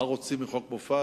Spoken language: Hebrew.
מה רוצים מחוק מופז?